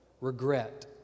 regret